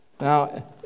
Now